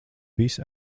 visi